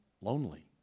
lonely